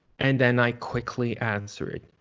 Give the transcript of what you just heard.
and then i quickly answer it.